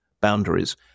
boundaries